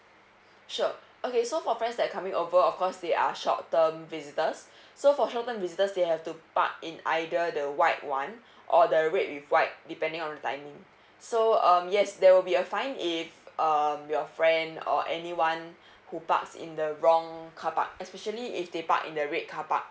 sure okay so for friends that coming over of course they are short term visitors so for short term visitors they have to park in either the white one or the red with white depending on timing so um yes there will be a fine if um your friend or anyone who parks in the wrong carpark especially if they park in the red car park